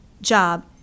job